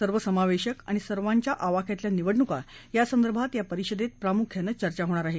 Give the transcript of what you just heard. सर्वसमावेशक आणि सर्वांच्या आवाक्यातल्या निवडणुका यासंदर्भात या परिषदेत प्रामुख्याने चर्चा होणार आहे